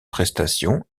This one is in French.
prestations